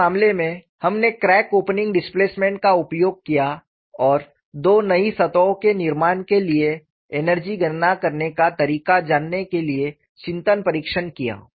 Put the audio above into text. पहले मामले में हमने क्रैक ओपनिंग डिस्प्लेसमेंट का उपयोग किया और दो नई सतहों के निर्माण के लिए एनर्जी गणना करने का तरीका जानने के लिए चिंतन परीक्षण किया